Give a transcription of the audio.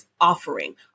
offering